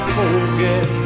forget